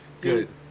Good